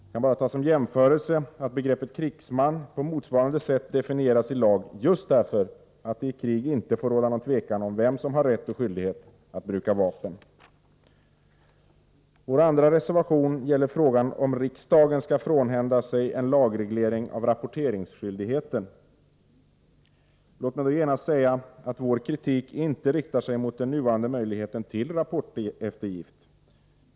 Som en jämförelse kan nämnas att begreppet krigsman definieras på motsvarande sätt i lag just därför att det i krig inte får råda något tvivel om vem som har rätt och skyldighet att bruka vapen. Vår andra reservation gäller frågan om riksdagen skall frånhända sig en lagreglering av rapporteringsskyldigheten. Låt mig då genast säga att vi inte riktar vår kritik mot den nuvarande möjligheten till rapporteringseftergift.